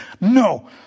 No